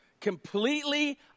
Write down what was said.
completely